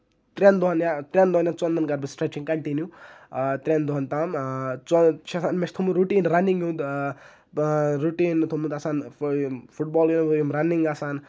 ترٛین دۄہَن یا ترٛین دۄہن یا ژۄن دۄہن کرٕ بہٕ سِٹرچِنگ کَنٹِنیو ترٛین دۄہن تام ژۄن چھِ ہن مےٚ چھُ تھاومُت روٚٹیٖن رَنِگ ہُند روٚٹیٖن تھوٚمُت آسان فٹ بال یِم رَنِگ آسان